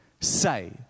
say